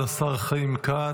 תודה רבה לשר חיים כץ.